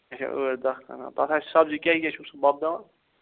اچھا ٲٹھ دہ کنال تتھ آسہِ سبزی کیاہ کیاہ چھُکھ ژٕ وۄبداوان